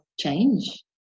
change